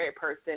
person